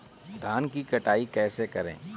धान की कटाई कैसे करें?